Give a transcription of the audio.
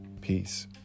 peace